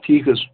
ٹھیٖک حظ چھُ